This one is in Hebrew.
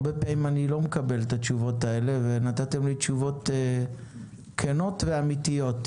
הרבה פעמים אני לא מקבל את התשובות האלה ונתתם לי תשובות כנות ואמתיות.